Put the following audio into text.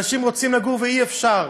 אנשים רוצים לגור ואי-אפשר.